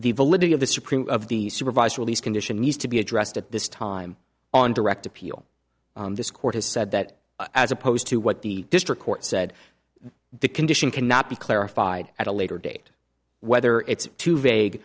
the validity of the supreme of the supervised release condition needs to be addressed at this time on direct appeal this court has said that as opposed to what the district court said the condition cannot be clarified at a later date whether it's too vague